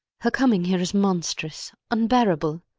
her coming here is monstrous, unbearable.